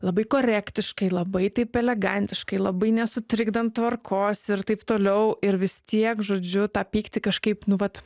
labai korektiškai labai taip elegantiškai labai nesutrikdant tvarkos ir taip toliau ir vis tiek žodžiu tą pyktį kažkaip nu vat